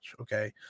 okay